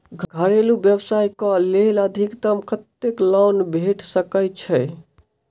घरेलू व्यवसाय कऽ लेल अधिकतम कत्तेक लोन भेट सकय छई?